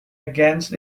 against